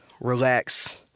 relax